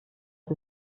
sie